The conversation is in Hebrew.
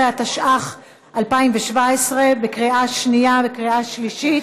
15), התשע"ח 2017, קריאה שנייה וקריאה שלישית.